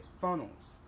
funnels